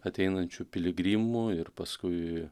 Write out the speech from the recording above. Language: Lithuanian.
ateinančių piligrimų ir paskui